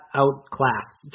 outclassed